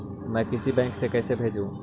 मैं किसी बैंक से कैसे भेजेऊ